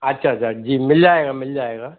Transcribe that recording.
अच्छा अच्छा जी मिल जाएगा मिल जाएगा